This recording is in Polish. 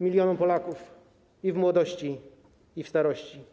milionom Polaków i w młodości, i w starości.